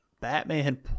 Batman